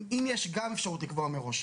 אם יש גם אפשרות לקבוע מראש,